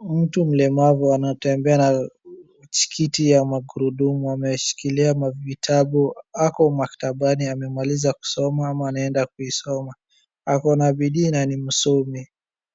Mtu mlemavu anatembea na kiti ya magurudumu, ameshikilia ma vitabu ako maktabani amemaliza kusoma ama anaenda kuisoma. Ako na bidii na ni msomi,